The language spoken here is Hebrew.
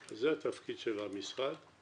זה התפקיד של המשרד.